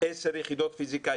עשר יחידות פיזיקה,